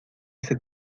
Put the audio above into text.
ese